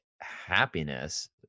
happiness